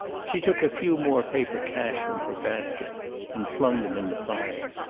she took a few more paper cash from her basket and flung them in the fire.